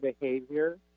behavior